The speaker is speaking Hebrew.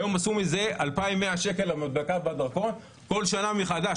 היום עשו מזה 2,100 שקלים על המדבקה בדרכון כל שנה מחדש,